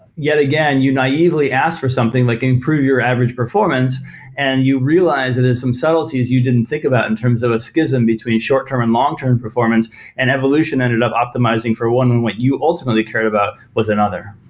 yet again, you naively ask for something, like improve your average performance and you realize that in some subtleties you didn't think about in terms of a schism between short term and long term performance and evolution ended up optimizing for one in what you ultimately cared about with another.